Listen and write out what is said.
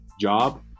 job